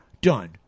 done